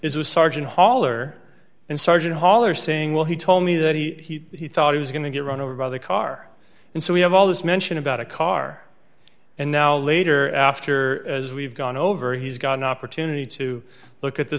is a sergeant hauler and sergeant hall are saying well he told me that he thought he was going to get run over by the car and so we have all this mention about a car and now later after as we've gone over he's got an opportunity to look at the